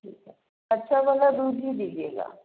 ठीक है अच्छा वाला दूध ही दीजिएगा